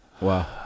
Wow